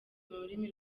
rurimi